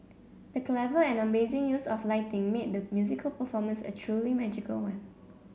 the clever and amazing use of lighting made the musical performance a truly magical one